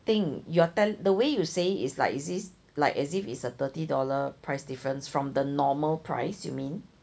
thing you are telling the way you say is like is this like as if it's a thirty dollar price difference from the normal price you mean